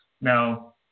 Now